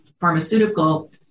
pharmaceutical